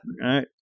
Right